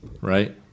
right